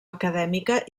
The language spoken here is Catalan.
acadèmica